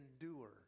endure